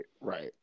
right